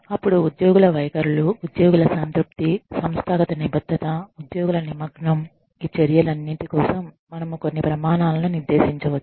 అప్పుడు ఉద్యోగుల వైఖరులు ఉద్యోగుల సంతృప్తి సంస్థాగత నిబద్ధత ఉద్యోగుల నిమగ్నం ఈ చర్యలన్నింటి కోసం మనము కొన్ని ప్రమాణాలను నిర్దేశించవచ్చు